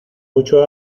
mucho